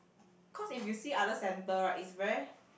cause if you see other centre right is very